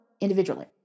individually